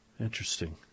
Interesting